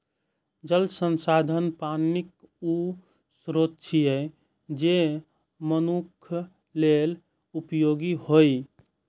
जल संसाधन पानिक ऊ स्रोत छियै, जे मनुक्ख लेल उपयोगी होइ